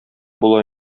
була